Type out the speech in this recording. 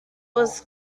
was